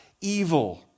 evil